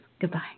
Goodbye